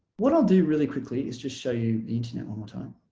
what i'll do really quickly is just show you the internet one more time